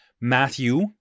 Matthew